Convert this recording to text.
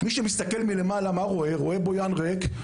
מי שמסתכל מלמעלה רואה שמתחם בויאן ריק,